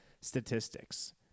statistics